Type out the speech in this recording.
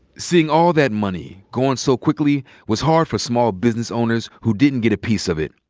seeing all that money gone so quickly was hard for small business owners who didn't get a piece of it.